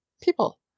people